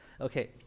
okay